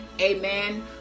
amen